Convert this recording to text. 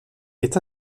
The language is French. est